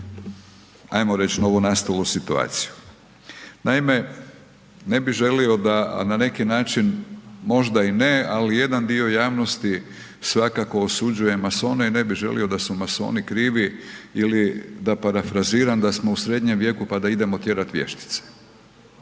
hajmo reći, novonastalu situaciju. Naime, ne bih želio da, a na neki način, možda i ne, ali jedan dio javnosti, svakako osuđuje masone i ne bi želio da su masoni krivi ili da parafraziram, da smo u Srednjem vijeku pa da idemo tjerati vještice.